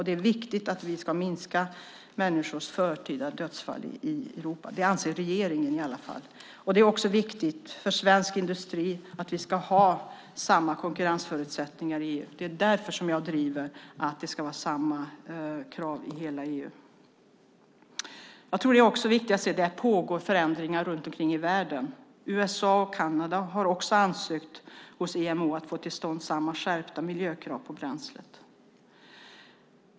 Det är viktigt att minska mängden förtida dödsfall bland människor Europa. Det anser i alla fall regeringen. Det är också viktigt för svensk industri att vi ska ha samma konkurrensförutsättningar i EU. Det är därför jag driver att det ska vara samma krav i hela EU. Det är också viktigt att säga att det pågår förändringar i världen. USA och Kanada har också ansökt hos IMO om att få till stånd samma skärpta miljökrav på bränsle.